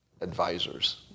advisors